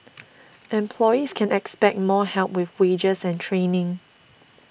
employees can expect more help with wages and training